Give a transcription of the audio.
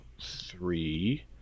three